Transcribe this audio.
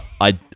I-